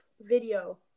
video